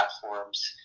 platforms